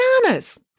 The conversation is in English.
bananas